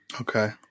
Okay